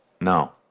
No